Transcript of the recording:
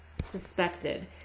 suspected